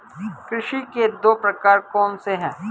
कृषि के दो प्रकार कौन से हैं?